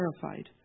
terrified